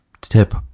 tip